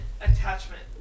attachment